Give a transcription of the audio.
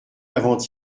avant